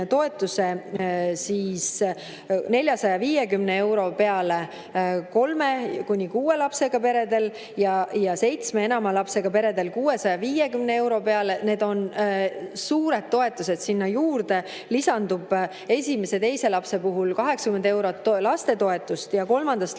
toetuse 450 euro peale kolme kuni kuue lapsega peredel ja seitsme ja enama lapsega peredel 650 euro peale? Need on suured toetused. Sinna lisandub esimese ja teise lapse puhul 80 eurot lapsetoetust, kolmandast